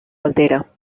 altera